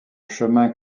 chemin